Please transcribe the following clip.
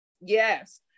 yes